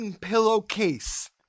pillowcase